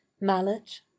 mallet